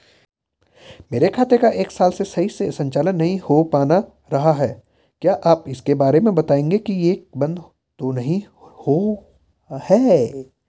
मेरे खाते का एक साल से सही से संचालन नहीं हो पाना रहा है क्या आप इसके बारे में बताएँगे कि ये बन्द तो नहीं हुआ है?